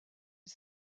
est